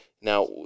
Now